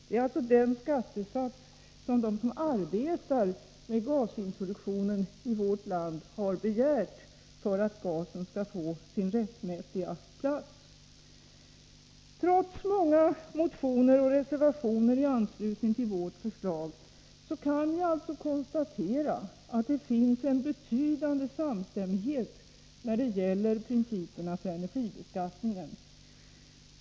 Det är alltså den skattesats som de som arbetar med gasintroduktionen i vårt land har begärt för att gasen skall få sin rättmätiga plats. Trots många motioner och reservationer i anslutning till vårt förslag kan jag alltså konstatera att det finns en betydande samstämmighet när det gäller principerna för energibeskattningen.